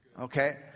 okay